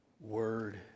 word